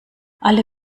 alle